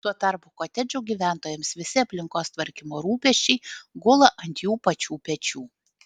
tuo tarpu kotedžų gyventojams visi aplinkos tvarkymo rūpesčiai gula ant jų pačių pečių